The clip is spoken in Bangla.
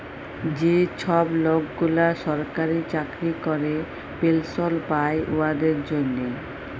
যে ছব লকগুলা সরকারি চাকরি ক্যরে পেলশল পায় উয়াদের জ্যনহে